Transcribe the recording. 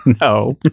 No